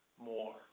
more